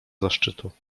zaszczytu